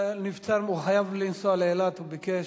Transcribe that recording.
נבצר, הוא חייב לנסוע לאילת, הוא ביקש,